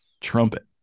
Trumpet